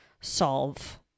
solve